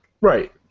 Right